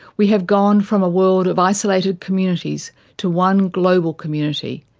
we have gone from a world of isolated communities to one global community,